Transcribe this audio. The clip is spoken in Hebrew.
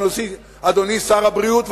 אדוני שר הבריאות,